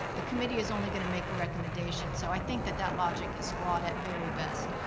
the committee is only gonna make a recommendation. so i think that that logic is flawed at very best.